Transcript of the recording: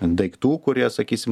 daiktų kurie sakysim